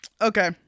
Okay